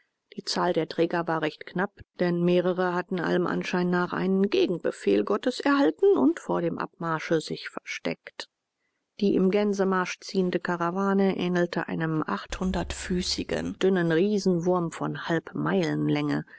die zahl der träger war recht knapp denn mehrere hatten allem anschein nach einen gegenbefehl gottes erhalten und vor dem abmarsche sich versteckt die im gänsemarsch ziehende karawane ähnelte einem achthundertfüßigen dünnen riesenwurm von